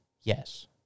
Yes